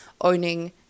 owning